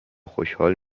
خوشحال